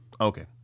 Okay